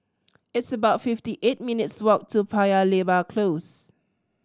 it's about fifty eight minutes' walk to Paya Lebar Close